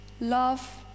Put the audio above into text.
love